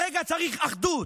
כרגע צריך אחדות.